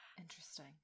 Interesting